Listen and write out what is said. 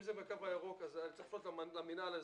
אם זה בקו הירוק, אני צריך לפנות למינהל האזרחי,